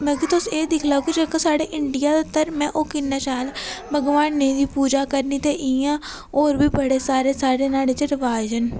मतलब तुस एह् दिक्खी लैओ कि जेह्का साढ़े इंडिया दा धर्म ऐ ओह् किन्ना शैल ऐ भगवानै दी पूजा करनी ते इ'यां होर बी बड़े सारे साढ़े नुहाड़े च रवाज़ न